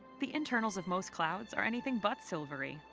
the internals of most clouds are anything but silvery.